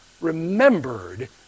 remembered